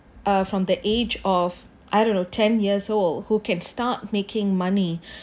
uh from the age of I don't know ten years old who can start making money